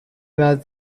was